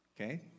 Okay